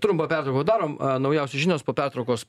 trumpą pertrauką padarom naujausios žinios po pertraukos